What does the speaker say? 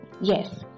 Yes